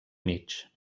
mig